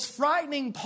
frightening